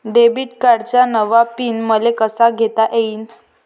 Debit कार्डचा नवा pin मले कसा घेता येईन?